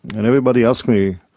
and everybody asked me,